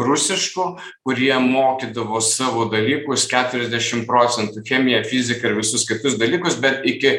rusiškų kurie mokydavo savo dalykus keturiasdešim procentų chemiją fiziką ir visus kitus dalykus bet iki